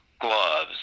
gloves